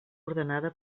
ordenada